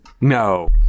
No